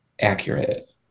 accurate